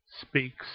speaks